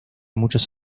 muchos